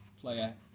player